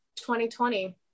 2020